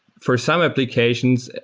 for some applications,